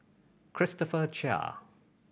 Christopher Chia